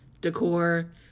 decor